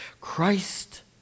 Christ